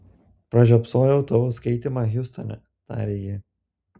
pražiopsojau tavo skaitymą hjustone tarė ji